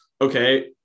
okay